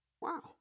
Wow